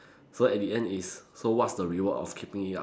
so at the end is so what's the reward of keeping it up